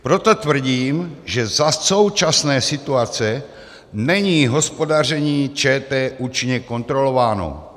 Proto tvrdím, že za současné situace není hospodaření ČT účinně kontrolováno.